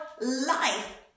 life